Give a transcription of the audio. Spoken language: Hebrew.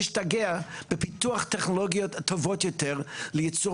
משתגע בפיתוח טכנולוגיות טובות יותר לייצור